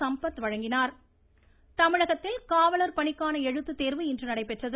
சம்பத் இன்று வழங்கினார் தேர்வு தமிழகத்தில் காவலர் பணிக்கான எழுத்துத் தேர்வு இன்று நடைபெற்றது